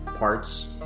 parts